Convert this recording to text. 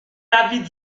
l’avis